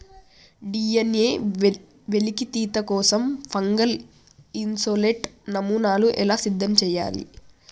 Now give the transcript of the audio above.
DNA వెలికితీత కోసం fungal isolate నమూనాను ఎలా సిద్ధం చెయ్యాలి?